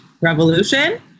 revolution